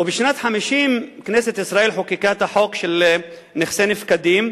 ובשנת 1950 כנסת ישראל חוקקה את החוק של נכסי נפקדים,